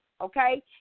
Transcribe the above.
okay